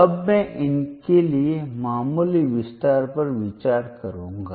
अब मैं इनके लिए मामूली विस्तार पर विचार करूंगा